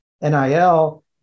NIL